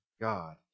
God